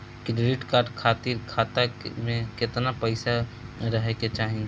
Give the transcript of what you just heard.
Credit card खातिर खाता में केतना पइसा रहे के चाही?